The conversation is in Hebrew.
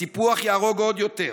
הסיפוח יהרוג עוד יותר.